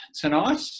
tonight